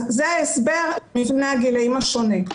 זה הסבר מבנה הגילאים השונה,